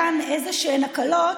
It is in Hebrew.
מתן איזשהן הקלות